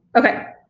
okay,